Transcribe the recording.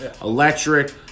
Electric